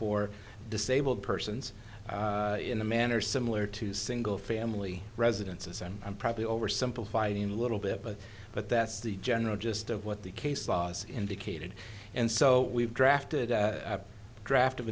for disabled persons in a manner similar to single family residences and i'm probably over simplified in little bit but but that's the general gist of what the case was indicated and so we've drafted a draft of